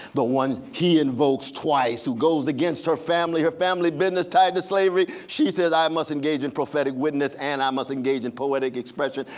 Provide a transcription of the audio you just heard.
the one he invokes twice who against her family, her family business tied to slavery. she says, i must engage in prophetic witness, and i must engage in poetic expression.